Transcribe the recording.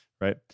right